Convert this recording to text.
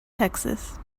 texas